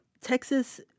Texas